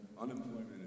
unemployment